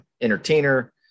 entertainer